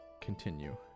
continue